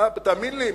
תאמין לי,